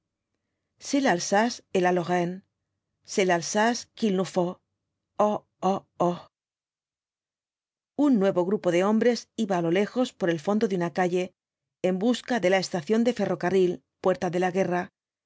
la lorraine c'est l'alsace qu'il nous faut oh oh oh oh un nuevo grupo de hombres iba á lo lejos por el fondo de una calle en busca de la estación de ferrocarril puerta de la guerra